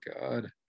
god